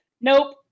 Nope